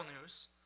news